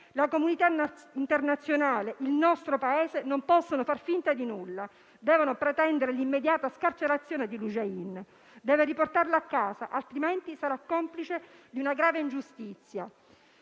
la comunità internazionale e il nostro Paese non possono far finta di nulla; devono pretendere l'immediata scarcerazione di Loujain e riportarla a casa, altrimenti saranno complici di una grave ingiustizia.